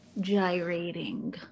Gyrating